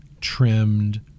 trimmed